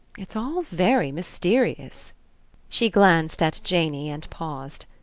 it's all very mysterious she glanced at janey and paused.